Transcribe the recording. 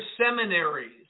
seminaries